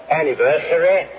anniversary